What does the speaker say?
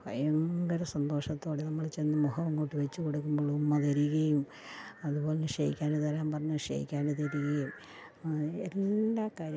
ഭയങ്കര സന്തോഷത്തോടെ നമ്മൾ ചെന്നു മുഖമങ്ങോട്ടു വെച്ചു കൊടുക്കുമ്പോൾ ഉമ്മ തരികയും അതു പോലെ ഷേക്ക് ഹേൻറ്റ് തരാൻ പറഞ്ഞാൽ ഷേക്ക് ഹാൻറ്റ് തരികയും എല്ലാ കാര്യത്തിലും